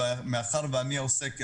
מאחר שאני עוסק בתיירות,